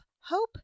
Hope